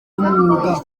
b’umwuga